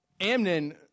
Amnon